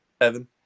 Evan